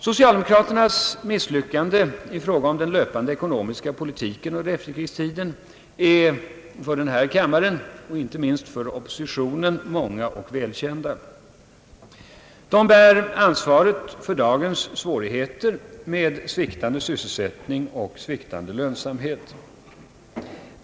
Socialdemokraternas misslyckanden i fråga om den löpande ekonomiska politiken under efterkrigstiden är för denna kammare och inte minst för oppositionen många och välkända. De bär ansvaret för dagens svårigheter med sviktande sysselsättning och lönsamhet.